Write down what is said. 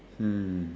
hmm